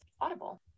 Audible